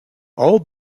all